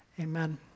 Amen